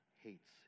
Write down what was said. hates